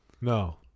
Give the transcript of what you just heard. No